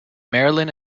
maryland